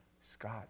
Scott